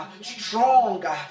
stronger